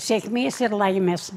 sėkmės ir laimės